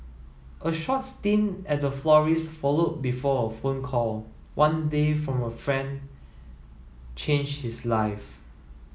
a short stint at a florist's followed before a phone call one day from a friend changed his life